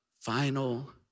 final